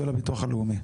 של הביטוח הלאומי.